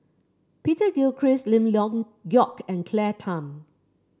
Peter Gilchrist Lim Leong Geok and Claire Tham